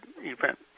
event